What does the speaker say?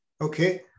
Okay